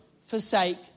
forsake